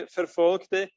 verfolgte